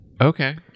okay